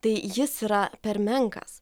tai jis yra per menkas